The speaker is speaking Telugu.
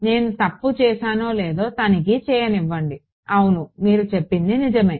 నేను తప్పు చేశానో లేదో తనిఖీ చేయనివ్వండి అవును మీరు చెప్పింది నిజమే